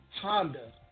Honda